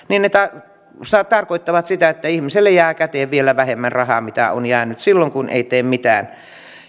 ne tarkoittavat sitä että ihmiselle jää käteen vielä vähemmän rahaa kuin on jäänyt silloin kun ei ole tehnyt mitään